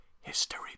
history